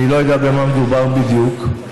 אני לא יודע במה מדובר בדיוק,